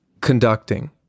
conducting